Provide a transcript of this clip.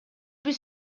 бир